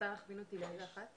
עם